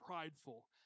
prideful